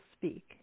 speak